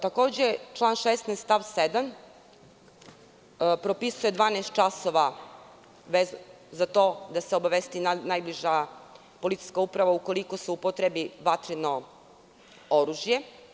Član 16. stav 7. propisuje 12 časova za to da se obavesti najbliža policijska uprava ukoliko se upotrebi vatreno oružje.